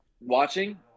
Watching